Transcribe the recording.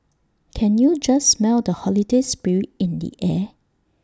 can you just smell the holiday spirit in the air